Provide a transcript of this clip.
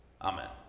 Amen